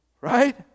right